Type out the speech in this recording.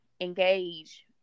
engage